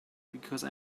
because